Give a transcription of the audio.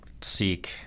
seek